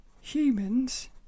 humans